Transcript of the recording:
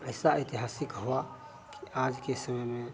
ऐसा इतिहासिक हुआ कि आज के समय में